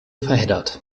verheddert